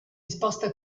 sposta